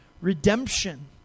redemption